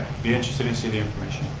be interested in seeing the information.